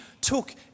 took